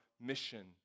mission